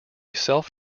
self